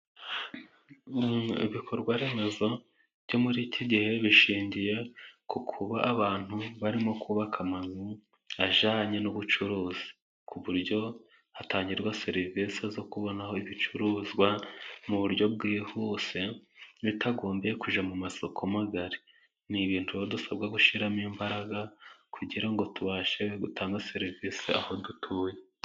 Ibikorwa remezo byo muri iki gihe bishingiye ku kuba abantu barimo kubaka amazu ajyanye n'ubucuruzi, ku buryo hatangirwa serivisi zo kubonaho ibicuruzwa mu buryo bwihuse bitagombeye kujya mu masoko magari, ni ibintu dusabwa gushyiramo imbaraga kugira ngo tubashe gutanga serivisi aho dutuye.